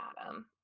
adam